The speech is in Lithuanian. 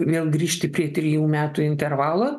vėl grįžti prie trijų metų intervalo